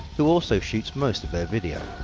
who also shoots most of their video.